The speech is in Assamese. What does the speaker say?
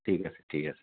ঠিক আছে ঠিক আছে